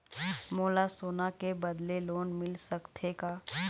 मोला सोना के बदले लोन मिल सकथे का?